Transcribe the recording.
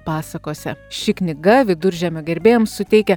pasakose ši knyga viduržemio gerbėjams suteikia